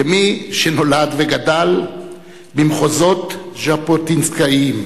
כמי שנולד וגדל במחוזות "ז'בוטינסקאיים".